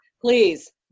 Please